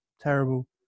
Terrible